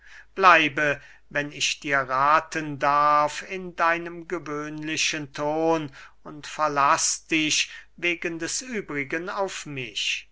bleibe wenn ich dir rathen darf in deinem gewöhnlichen ton und verlaß dich wegen des übrigen auf mich